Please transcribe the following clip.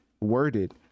worded